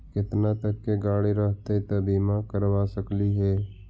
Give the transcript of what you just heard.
केतना तक के गाड़ी रहतै त बिमा करबा सकली हे?